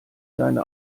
seine